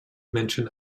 mention